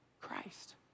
Christ